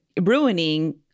ruining